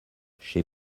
chez